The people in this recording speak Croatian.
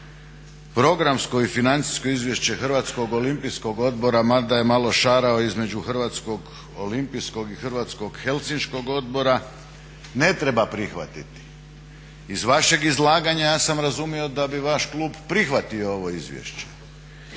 programsko i financijsko izvješće Hrvatskog olimpijskog odbora, mada je malo šarao između Hrvatskog olimpijskog i Hrvatskog helsinškog odbora ne treba prihvatiti. Iz vašeg izlaganja ja sam razumio da bi vaš klub prihvatio ovo izvješće.